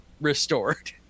restored